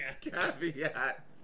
Caveat